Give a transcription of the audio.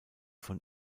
von